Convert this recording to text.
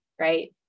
Right